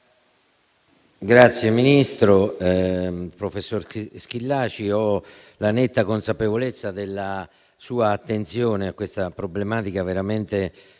il ministro, professor Schillaci. Ho la netta consapevolezza della sua attenzione verso questa problematica, veramente centrale